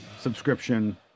subscription